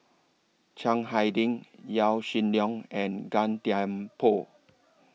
Chiang Hai Ding Yaw Shin Leong and Gan Thiam Poh